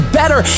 better